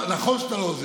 נכון שאתה לא עוזר לי.